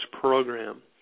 program